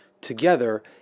together